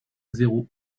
zéro